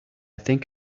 think